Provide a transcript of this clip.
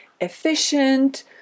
efficient